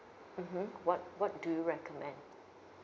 mmhmm what what do you recommend